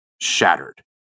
shattered